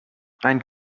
ein